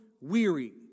weary